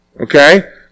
Okay